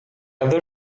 other